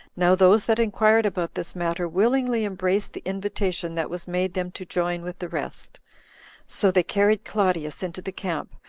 now those that inquired about this matter willingly embraced the invitation that was made them to join with the rest so they carried claudius into the camp,